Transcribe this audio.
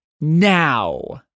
now